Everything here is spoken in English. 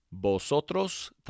Vosotros